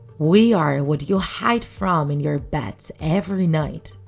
we are what you hide from in your beds every night.